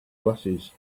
glasses